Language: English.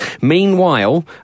Meanwhile